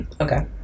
Okay